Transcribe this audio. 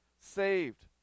saved